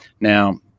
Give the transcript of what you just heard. Now